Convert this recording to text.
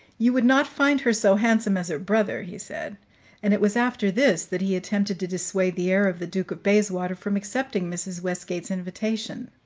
you would not find her so handsome as her brother, he said and it was after this that he attempted to dissuade the heir of the duke of bayswater from accepting mrs. westgate's invitation.